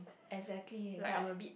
exactly but